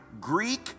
Greek